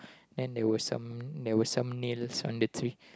and there were some there were some nails on the tree